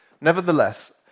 Nevertheless